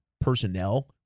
personnel